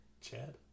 Chad